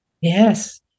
Yes